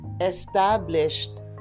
established